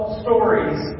stories